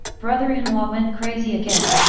brother-in-law went crazy again!